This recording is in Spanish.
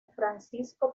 francisco